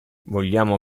vogliamo